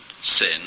sin